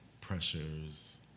pressures